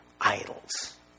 idols